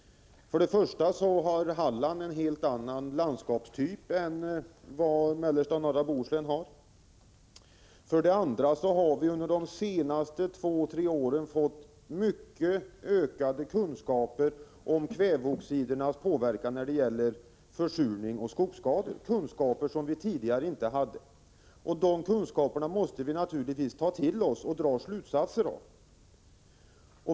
För det första har Halland en helt annan landskapstyp än mellersta och norra Bohuslän har. För det andra har vi under de senaste två tre åren fått ökade kunskaper om kväveoxidernas påverkan när det gäller försurning och skogsskador — kunskaper som vi tidigare inte hade. Och de kunskaperna måste vi naturligtvis ta till oss och dra slutsatser av.